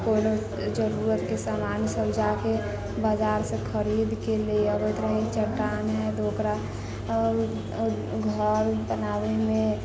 कोनो जरूरत के समान सब जाके बजार से खरीद के ले अबैत रही चट्टान है तऽ ओकरा घर बनाबे मे